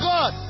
God